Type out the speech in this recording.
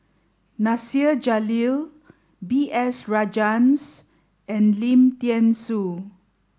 Nasir Jalil B S Rajhans and Lim Thean Soo